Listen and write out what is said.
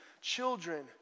children